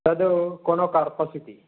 तद् कोनोकार्पस् इति